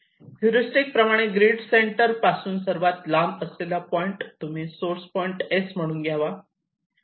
heuristics प्रमाणे grid center पासून सर्वात लांब असलेला पॉईंट तुम्ही सोर्स पॉईंट S म्हणून घ्यावा